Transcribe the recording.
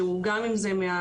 תגיד לי האם זה נכון?